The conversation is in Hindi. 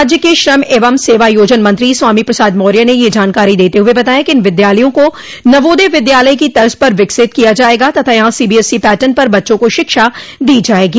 राज्य के श्रम एवं सेवायोजन मंत्री स्वामी प्रसाद मौर्य ने यह जानकारी देते हुए बताया कि इन विद्यालयों को नवोदय विद्यालय की तर्ज पर विकसित किया जायेगा तथा यहां सीबीएसई पैटर्न पर बच्चों को शिक्षा दी जायेगी